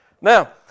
Now